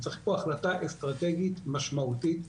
צריך פה החלטה אסטרטגית משמעותית.